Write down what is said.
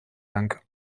lang